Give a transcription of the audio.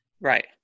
Right